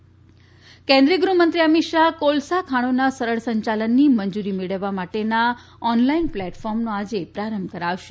અમિત શાહ્ ગૃહમંત્રી અમિત શાહ કોલસા ખાણોના સરળ સંચાલનની મંજૂરી મેળવવા માટેના ઓનલાઈન પ્લેટફોર્મનો આજે પ્રારંભ કરાવશે